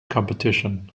competition